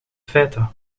feta